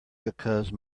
because